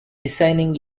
designing